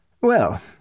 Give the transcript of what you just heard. Well